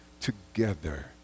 together